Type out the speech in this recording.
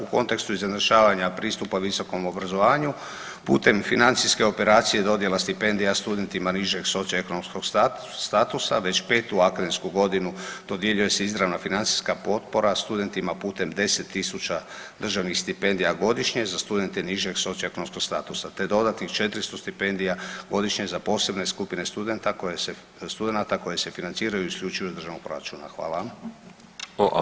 U kontekstu izjednačavanja pristupa visokom obrazovanju putem financijske operacije dodjela stipendija studentima nižeg socioekonomskog statusa već 5-tu akademsku godinu dodjeljuje se izravna financijska potpora studentima putem 10 tisuća državnih stipendija godišnje za studente nižeg socioekonomskog statusa, te dodatnih 400 stipendija godišnje za posebne skupine studenata koje se financiraju isključivo iz državnog proračuna.